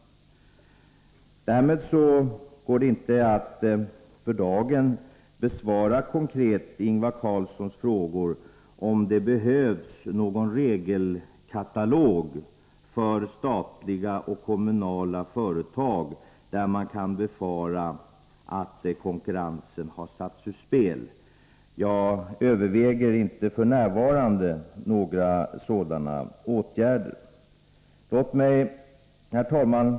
Med tanke på detta är det inte möjligt att för dagen konkret besvara Ingvar Karlssons frågor om huruvida det behövs någon regelkatalog för statliga och kommunala företag från vilkas sida man kan befara att konkurrensen har satts ur spel. Jag överväger f. n. inte några sådana åtgärder.